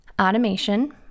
automation